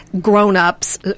grown-ups